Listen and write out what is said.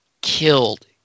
killed